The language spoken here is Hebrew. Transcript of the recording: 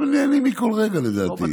הם נהנים מכל רגע, לדעתי.